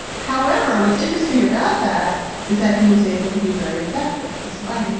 however, what's interesting about that is that he was able to be very effective despite.